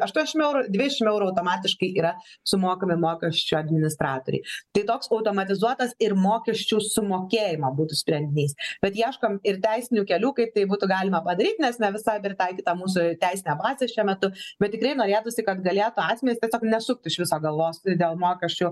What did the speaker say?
aštuoniasdešimt eurų dvidešimt eurų automatiškai yra sumokami mokesčių administratorei tai toks automatizuotas ir mokesčių sumokėjimo būtų sprendinys tad ieškom ir teisinių kelių kaip tai būtų galima padaryt nes ne visai pritaikyta mūsų teisinė bazė šiuo metu bet tikrai norėtųsi kad galėtų asmenys tiesiog nesukt iš viso galvos dėl mokesčių